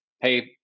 hey